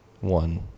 One